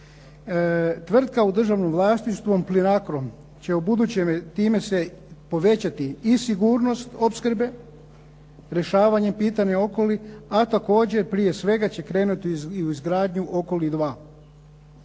Tvrtka u državnom vlasništvu Plinacro će ubuduće time se povećati i sigurnost opskrbe, rješavanje pitanja Okoli, a također prije svega će krenuti i u izgradnju Okoli 2.